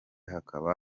hakaba